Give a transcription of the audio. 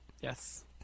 Yes